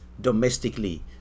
domestically